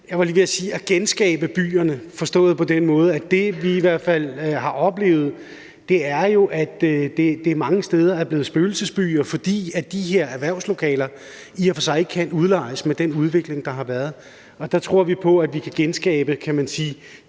jeg var lige ved at sige, genskabe byerne forstået på den måde, at det, vi i hvert fald har oplevet, jo er, at det mange steder er blevet spøgelsesbyer, fordi de her erhvervslokaler i og for sig ikke kan udlejes med den udvikling, der har været. Og der tror vi på, at vi kan genskabe de byer igen